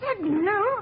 no